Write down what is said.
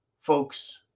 folks